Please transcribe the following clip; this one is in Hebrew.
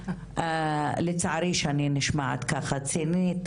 לצערי שאני נשמעת ככה צינית,